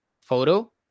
Photo